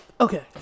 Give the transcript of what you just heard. okay